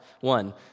one